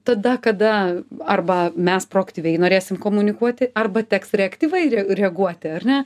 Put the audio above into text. tada kada arba mes proaktyviai norėsim komunikuoti arba teks reaktyvai re reaguoti ar ne